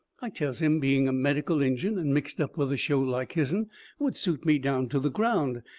i tells him being a medical injun and mixed up with a show like his'n would suit me down to the ground,